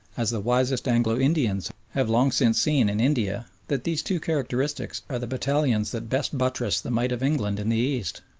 as the wisest anglo-indians have long since seen in india, that these two characteristics are the battalions that best buttress the might of england in the east,